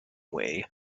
way